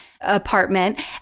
apartment